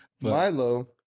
Milo